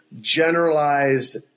generalized